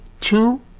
two